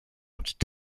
und